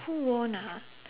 who won ah